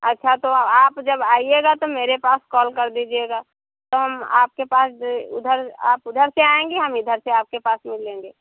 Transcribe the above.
अच्छा तो अब आप जब आइएगा तो मेरे पास कॉल कर दीजिएगा तो हम आपके पास उधर आप उधर से आएँगे हम इधर से आपके पास मिल लेंगे